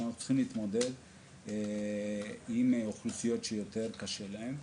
שאנחנו צריכים להתמודד עם אוכלוסיות שיותר קשה להן.